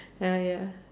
ya ya